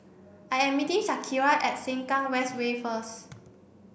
I am meeting Shakira at Sengkang West Way first